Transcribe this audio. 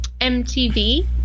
MTV